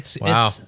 Wow